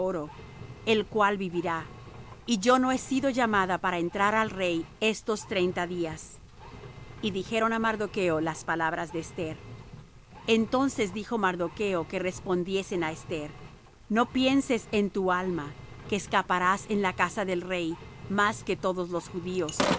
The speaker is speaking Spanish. el cual vivirá y yo no he sido llamada para entrar al rey estos treinta días y dijeron á mardocho las palabras de esther entonces dijo mardocho que respondiesen á esther no pienses en tu alma que escaparás en la casa del rey más que todos los judíos